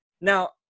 Now